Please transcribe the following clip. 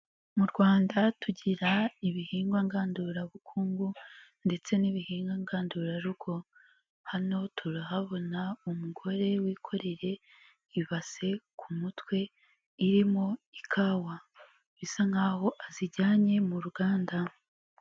Mu Rwanda tugira ibihingwa ngandurabukungu ndetse n'ibihingwa ngandurarugo, hano turahabona umugore wikoreye ibase ku mutwe irimo ikawa bisa nkaho azijyanye mu ruganda.